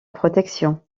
protection